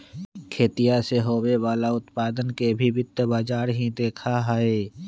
खेतीया से होवे वाला उत्पादन के भी वित्त बाजार ही देखा हई